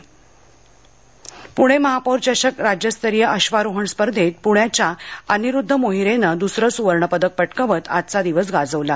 पुणे महापौर चषक पुणे महापौर चषक राज्यस्तरीय अश्वारोहण स्पर्धेत पुण्याच्या अनिरुद्ध मोहीरेनं दुसरं सुवर्णपदक पटकवत आजचा दिवस गाजवला